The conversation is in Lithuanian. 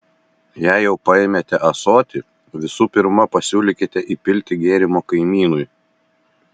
jei jau paėmėte ąsotį visų pirma pasiūlykite įpilti gėrimo kaimynui